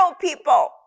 people